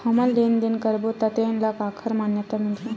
हमन लेन देन करबो त तेन ल काखर मान्यता मिलही?